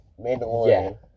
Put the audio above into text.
Mandalorian